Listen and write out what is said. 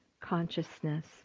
consciousness